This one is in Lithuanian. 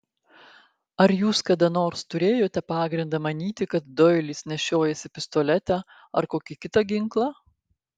ar jūs kada nors turėjote pagrindą manyti kad doilis nešiojasi pistoletą ar kokį kitą ginklą